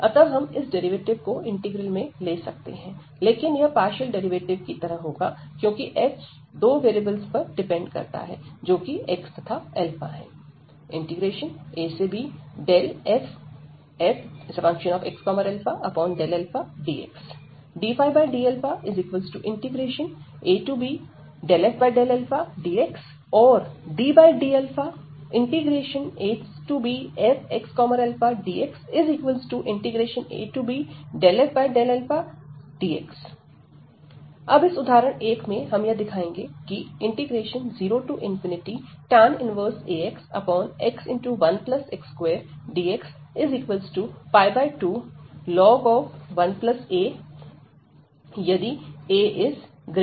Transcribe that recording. अतः हम इस डेरिवेटिव को इंटीग्रल में ले सकते हैं लेकिन यह पार्शियल डेरिवेटिव की तरह होगा क्योंकि f दो वैरियेबल्स पर डिपेंड करता है जो कि x तथा है ab∂fxα∂αdx ddαab∂fxα∂αdx OR ddαabfxαdxab∂fxα∂αdx अब इस उदाहरण 1 में हम यह दिखाएंगे की 0tan 1axx1x2dx2 1a यदिa ≥ 0